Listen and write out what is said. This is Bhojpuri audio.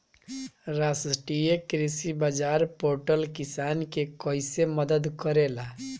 राष्ट्रीय कृषि बाजार पोर्टल किसान के कइसे मदद करेला?